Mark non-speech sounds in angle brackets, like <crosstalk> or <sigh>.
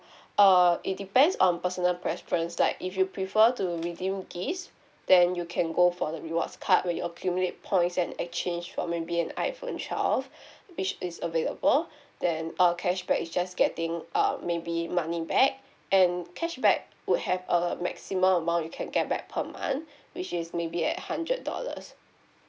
<breath> uh it depends on personal preference like if you prefer to redeem gifts then you can go for the rewards card where you accumulate points and exchange for maybe an iphone twelve <breath> which is available then err cashback is just getting uh maybe money back and cashback would have a maximum amount you can get back per month which is maybe at hundred dollars